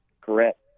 Correct